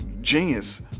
genius